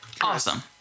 Awesome